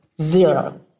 Zero